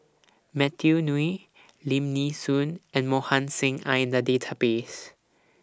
Matthew Ngui Lim Nee Soon and Mohan Singh Are in The Database